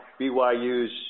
BYU's